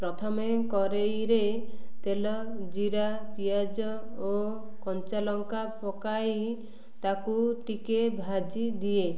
ପ୍ରଥମେ କରେଇରେ ତେଲ ଜିରା ପିଆଜ ଓ କଞ୍ଚାଲଙ୍କା ପକାଇ ତାକୁ ଟିକେ ଭାଜି ଦିଏ